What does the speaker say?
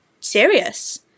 serious